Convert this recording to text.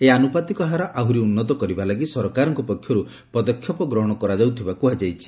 ଏହି ଆନୁପାତିକ ହାର ଆହୁରି ଉନ୍ନତ କରିବା ଲାଗି ସରକାରଙ୍କ ପକ୍ଷରୁ ପଦକ୍ଷେପ ଗ୍ରଂହଣ କରାଯାଉଥିବା ସେ କହିଛନ୍ତି